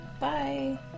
Bye